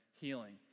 healing